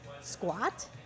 squat